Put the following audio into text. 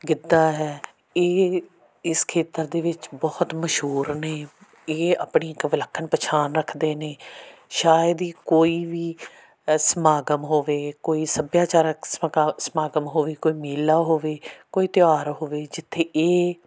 ਗਿੱਧਾ ਹੈ ਇਹ ਇਸ ਖੇਤਰ ਦੇ ਵਿੱਚ ਬਹੁਤ ਮਸ਼ਹੂਰ ਨੇ ਇਹ ਆਪਣੀ ਇੱਕ ਵਿਲੱਖਣ ਪਛਾਣ ਰੱਖਦੇ ਨੇ ਸ਼ਾਇਦ ਹੀ ਕੋਈ ਵੀ ਸਮਾਗਮ ਹੋਵੇ ਕੋਈ ਸੱਭਿਆਚਾਰਕ ਸਮਗਾ ਸਮਾਗਮ ਹੋਵੇ ਕੋਈ ਮੇਲਾ ਹੋਵੇ ਕੋਈ ਤਿਉਹਾਰ ਹੋਵੇ ਜਿੱਥੇ ਇਹ